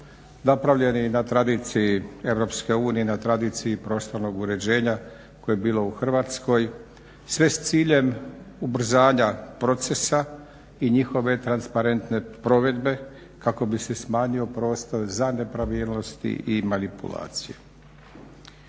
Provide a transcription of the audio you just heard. napravljeni na tradiciji EU i na tradiciji prostornog uređenja koje je bilo u Hrvatskoj sve s ciljem ubrzanja proces i njihove transparentne provedbe kako bi se smanjio prostor za nepravilnosti i manipulacije.